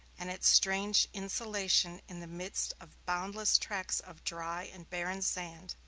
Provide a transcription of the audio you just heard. and its strange insulation in the midst of boundless tracts of dry and barren sand,